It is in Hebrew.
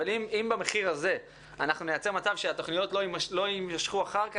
אבל אם במחיר הזה אנחנו נייצר מצב שהתוכניות לא יימשכו אחר כך,